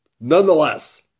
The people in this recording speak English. nonetheless